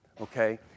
Okay